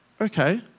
Okay